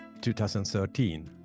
2013